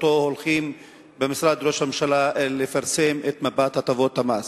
או-טו-טו הולכים במשרד ראש הממשלה לפרסם את מפת הטבות המס.